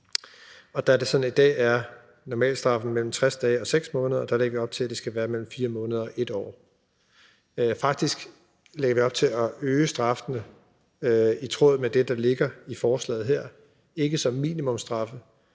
Der er det sådan, at normalstraffen i dag er mellem 60 dage og 6 måneder, og der lægger vi op til, at det skal være mellem 4 måneder og 1 år. Faktisk lagde vi op til at øge straffene i tråd med det, der ligger i forslaget her, men ikke som minimumsstraffe.